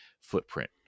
footprint